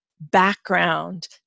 background